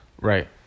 Right